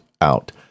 out